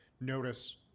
notice